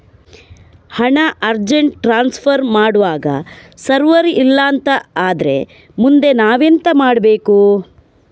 ಹಣ urgent transfer ಮಾಡ್ವಾಗ server ಇಲ್ಲಾಂತ ಆದ್ರೆ ಮುಂದೆ ನಾವೆಂತ ಮಾಡ್ಬೇಕು?